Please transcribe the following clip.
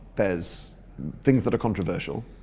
there's things that are controversial,